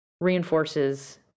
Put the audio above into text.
reinforces